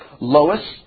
Lois